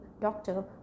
doctor